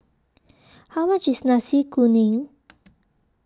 How much IS Nasi Kuning